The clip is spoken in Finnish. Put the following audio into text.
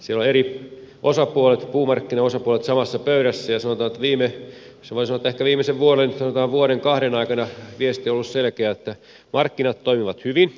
siellä ovat eri osapuolet puumarkkinaosapuolet samassa pöydässä ja sanotaan voi sanoa että ehkä viimeisen vuoden sanotaan vuoden kahden aikana viesti on ollut selkeä että markkinat toimivat hyvin